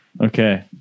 Okay